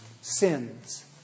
sins